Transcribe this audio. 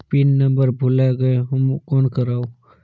Pin number भुला गयें हो कौन करव?